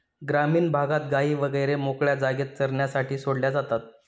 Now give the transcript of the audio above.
ग्रामीण भागात गायी वगैरे मोकळ्या जागेत चरण्यासाठी सोडल्या जातात